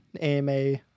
AMA